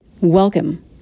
Welcome